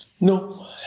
No